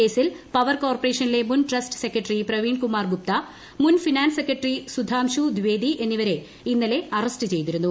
കേസിൽ പവർ കോർപ്പറേഷനിലെ മുൻ ട്രസ്റ്റ് സെക്രട്ടറി പ്രവീൺകുമാർ ഗുപ്ത മുൻ ഫിനാൻസ് സെക്രട്ടറി സുധാംശു ദ്ധിവേദി എന്നിവരെ ഇന്നലെ അറസ്റ്റ് ചെയ്തിരുന്നു